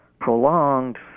prolonged